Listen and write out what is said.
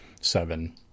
seven